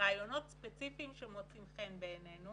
רעיונות ספציפיים שמוצאים חן בעינינו